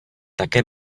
také